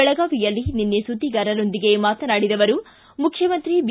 ಬೆಳಗಾವಿಯಲ್ಲಿ ನಿನ್ನೆ ಸುದ್ದಿಗಾರರೊಂದಿಗೆ ಮಾತನಾಡಿ ಅವರು ಮುಖ್ಯಮಂತ್ರಿ ಬಿ